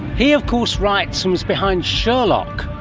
he of course writes and is behind sherlock.